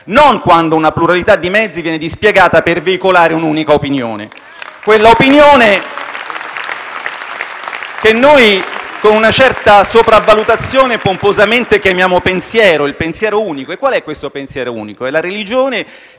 non quando una pluralità di mezzi viene dispiegata per veicolare un'unica opinione. *(Applausi dai Gruppi L-SP-PSd'Az e M5S)*. Quella opinione che noi, con una certa sopravvalutazione pomposamente chiamiamo pensiero: il pensiero unico. E qual è questo pensiero unico? È la religione